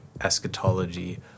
eschatology